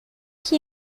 qui